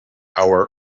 our